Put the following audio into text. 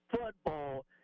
football